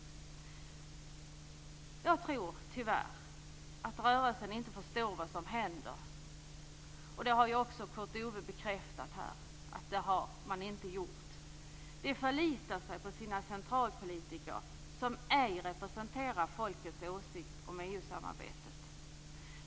Jag tror tyvärr att rörelsen inte förstår vad som händer. Kurt Ove har också bekräftat detta. Man förlitar sig på sina centralpolitiker som ej representerar folkets åsikt om EU-samarbetet.